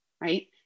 right